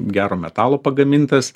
gero metalo pagamintas